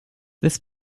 this